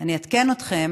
אני אעדכן אתכם